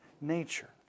nature